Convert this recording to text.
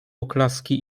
oklaski